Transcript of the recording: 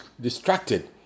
distracted